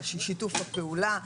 שיתוף הפעולה,